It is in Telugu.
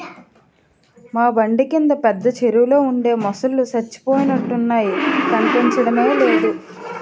మా బండ కింద పెద్ద చెరువులో ఉండే మొసల్లు సచ్చిపోయినట్లున్నాయి కనిపించడమే లేదు